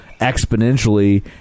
Exponentially